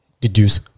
deduce